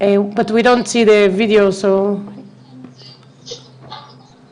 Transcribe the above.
לא יודעת אם שמעת אותי קודם אבל אספר שכבר נפגשנו,